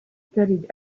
studied